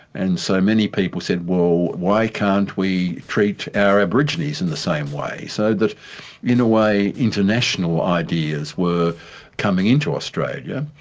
and so many people said, well why can't we treat our aborigines in the same way? so that in a way international ideas were coming in to australia,